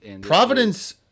Providence